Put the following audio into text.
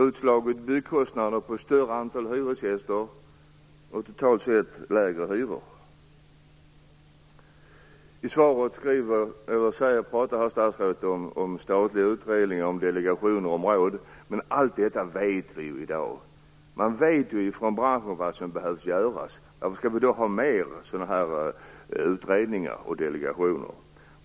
Då hade byggkostnaden slagits ut på fler hyresgäster och hyrorna totalt sett blivit lägre. I svaret talade statsrådet om statliga utredningar, om delegationer och om råd. Men allt detta vet vi ju i dag! Man vet i branschen vad som behövs göras. Varför skall vi då ha mer av utredningar och delegationer?